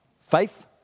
faith